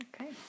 Okay